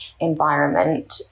Environment